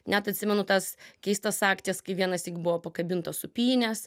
net atsimenu tas keistas akcijas kai vienąsyk buvo pakabintos sūpynės